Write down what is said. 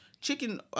chicken